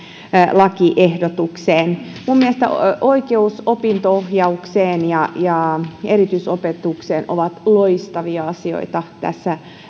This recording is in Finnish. lakiehdotukseen minun mielestäni oikeudet opinto ohjaukseen ja ja erityisopetukseen ovat loistavia asioita tässä